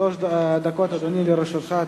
אדוני, שלוש דקות לרשותך.